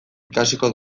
ikasiko